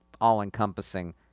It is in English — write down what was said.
all-encompassing